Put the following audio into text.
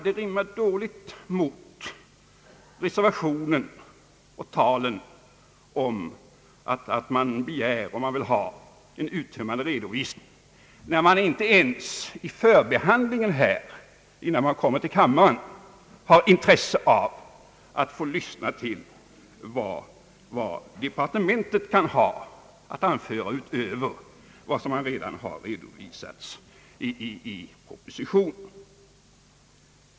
Det rimmar dåligt med reservationen och talet om att man begär en uttömmande redovisning, när man inte ens vid förbehandlingen av ärendet, innan det kommer upp i kammaren, har intresse av att få lyssna till vad departementet kan ha att anföra utöver vad som redan redovisats i propositionen.